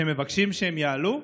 שמבקשים שהם יעלו.